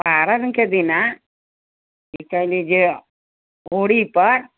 पारनके दिना की कयली जे औरीपर